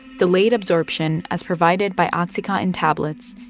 delayed absorption, as provided by oxycontin tablets,